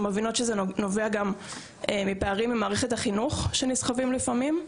אנחנו מבינות שזה נובע גם מפערים ממערכת החינוך שנסחבים לפעמים,